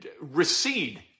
Recede